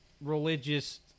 religious